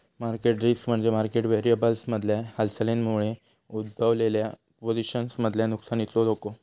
market risk म्हणजे market व्हेरिएबल्समधल्या हालचालींमुळे उद्भवलेल्या पोझिशन्समधल्या नुकसानीचो धोको